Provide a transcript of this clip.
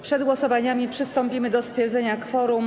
Przed głosowaniami przystąpimy do stwierdzenia kworum.